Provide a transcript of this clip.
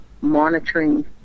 monitoring